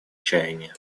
чаяния